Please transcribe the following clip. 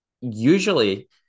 usually